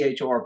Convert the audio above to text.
CHR